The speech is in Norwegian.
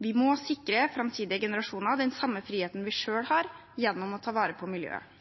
vi må sikre framtidige generasjoner den samme friheten vi selv har, gjennom å ta vare på miljøet.